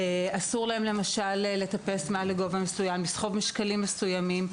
אסור להם למשל לטפס לגובה מסוים או לסחוב משקלים מסוימים,